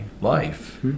life